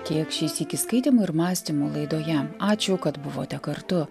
tiek šį sykį skaitymų ir mąstymų laidoje ačiū kad buvote kartu